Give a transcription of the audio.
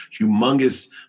humongous